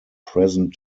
present